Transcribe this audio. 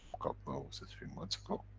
god knows, a few months ago.